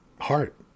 heart